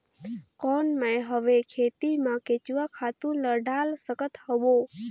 कौन मैं हवे खेती मा केचुआ खातु ला डाल सकत हवो?